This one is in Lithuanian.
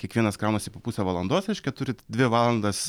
kiekvienas kraunasi po pusę valandos reiškia turit dvi valandas